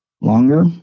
longer